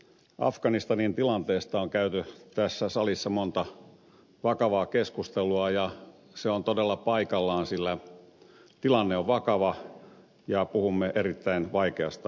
afganistanin tilanteesta on käyty tässä salissa monta vakavaa keskustelua ja se on todella paikallaan sillä tilanne on vakava ja puhumme erittäin vaikeasta asiasta